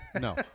No